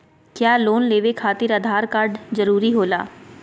क्या लोन लेवे खातिर आधार कार्ड जरूरी होला?